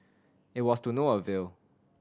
it was to no avail